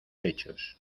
hechos